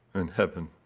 in heaven,